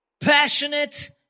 Passionate